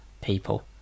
people